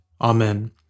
Amen